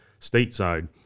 stateside